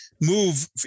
move